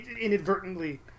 Inadvertently